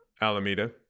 alameda